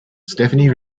stephanie